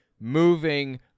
moving